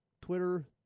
Twitter